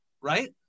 right